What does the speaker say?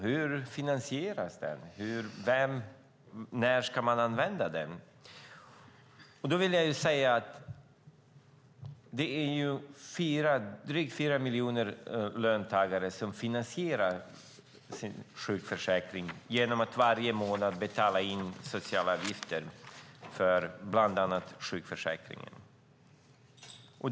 Hur finansieras den och när ska man använda den? Drygt 4 miljoner löntagare finansierar sjukförsäkringen genom att varje månad betala in socialavgifter för bland annat sjukförsäkringen.